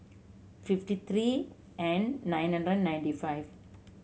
fifty three and nine hundred ninety five